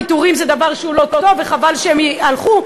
פיטורים זה דבר שהוא לא טוב וחבל שהם הלכו,